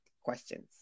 questions